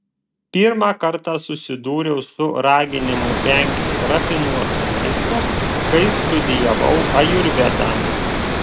pirmą kartą susidūriau su raginimu vengti rafinuoto maisto kai studijavau ajurvedą